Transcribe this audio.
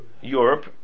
Europe